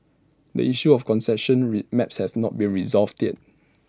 the issue of concession re maps has not been resolved yet